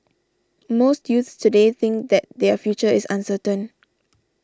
most youths today think that their future is uncertain